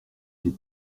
des